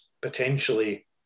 potentially